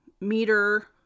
meter